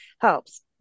helps